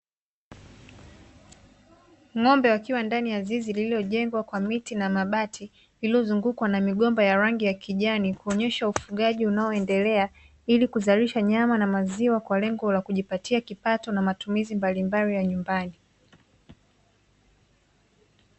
Ng'ombe wakiwa ndani ya zizi lililojengwa kwa miti na mabati, iliyozungukwa na migomba ya rangi ya kijani kuonyesha ufugaji unaoendelea ili kuzalisha nyama na maziwa kwa lengo la kujipatia kipato na matumizi mbalimbali ya nyumbani.